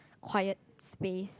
quiet space